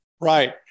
Right